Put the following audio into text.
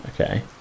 okay